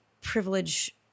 privilege